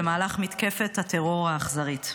במהלך מתקפת הטרור האכזרית.